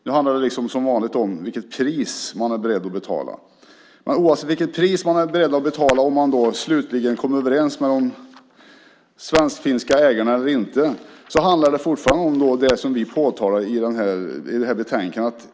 Nu handlar det som vanligt om vilket pris man är beredd att betala. Oavsett vilket pris man är beredd att betala och om man slutligen kommer överens med de svensk-finska ägarna eller inte handlar det fortfarande om det som vi påtalar i betänkandet.